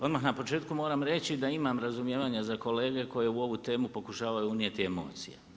Odmah na početku moram reći da imam razumijevanja za kolege koji u ovu temu pokušavaju unijeti emocije.